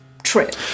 Trip